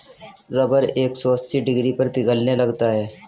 rubber एक सौ अस्सी डिग्री पर पिघलने लगता है